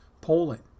Poland